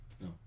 No